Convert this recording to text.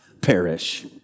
perish